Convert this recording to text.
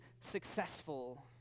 successful